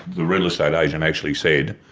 real estate agent actually said,